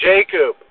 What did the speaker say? Jacob